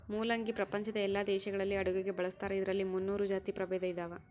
ಮುಲ್ಲಂಗಿ ಪ್ರಪಂಚದ ಎಲ್ಲಾ ದೇಶಗಳಲ್ಲಿ ಅಡುಗೆಗೆ ಬಳಸ್ತಾರ ಇದರಲ್ಲಿ ಮುನ್ನೂರು ಜಾತಿ ಪ್ರಭೇದ ಇದಾವ